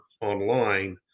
online